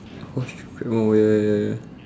horseshoe oh ya ya ya